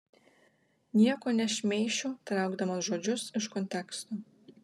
nieko nešmeišiu traukdamas žodžius iš konteksto